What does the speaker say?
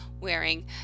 wearing